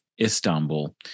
Istanbul